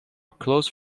close